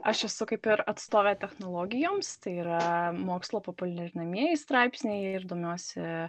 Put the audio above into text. aš esu kaip ir atstovė technologijoms tai yra mokslo populiarinamieji straipsniai ir domiuosi